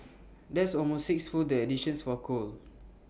that's almost sixfold the additions for coal